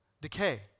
decay